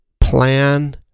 plan